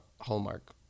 Hallmark